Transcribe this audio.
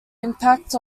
impact